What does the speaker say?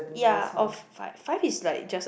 ya of five five is like just a